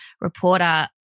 reporter